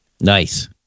Nice